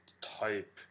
type